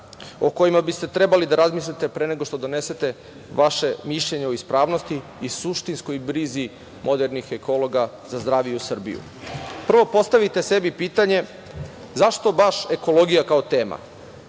o kojima biste trebali da razmislite pre nego donesete vaše mišljenje o ispravnosti i suštinskoj brizi modernih ekologa za zdraviju Srbiju. Prvo postavite sebi pitanje, zašto baš ekologija kao tema?